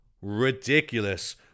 ridiculous